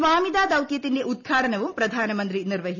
സ്വാമിത ദൌത്യത്തിന്റെ ഉദ്ഘാടനവും പ്രധാനമന്ത്രി നിർവഹിക്കും